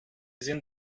sind